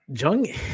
Jung